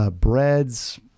breads